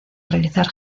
realizar